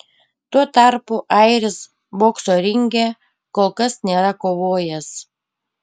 tuo tarpu airis bokso ringe kol kas nėra kovojęs